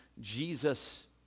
Jesus